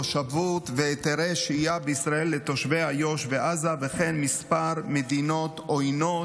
תושבות והיתרי שהייה בישראל לתושבי איו"ש ועזה וכן כמה מדינות עוינות,